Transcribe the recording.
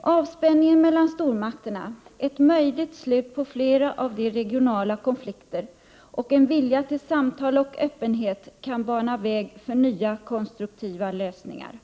Avspänningen mellan stormakterna, ett möjligt slut på flera av de regionala konflikterna och en vilja till samtal och öppenhet kan bana väg för nya konstruktiva lösningar.